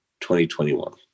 2021